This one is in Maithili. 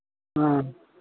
हँ